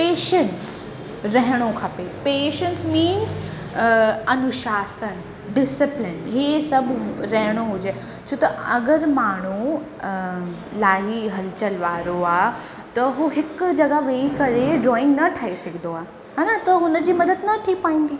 patience रहिणो खपे patience means अनुशासन डिसिप्लेन इहे सभु रहिणो हुजे छो त अगरि माण्हू इलाही हल चल वारो आहे त उहो हिकु जॻह वेई करे ड्रॉइंग न ठाहे सघंदो आहे हा न त हुनजी मदद न थी पाईंदी